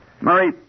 Murray